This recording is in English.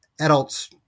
adults